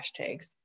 hashtags